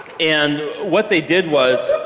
and what they did was,